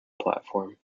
platform